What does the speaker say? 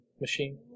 machine